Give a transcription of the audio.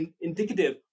indicative